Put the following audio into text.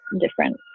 different